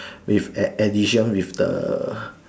with add addition with the